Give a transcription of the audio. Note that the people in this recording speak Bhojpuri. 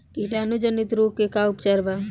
कीटाणु जनित रोग के का उपचार बा?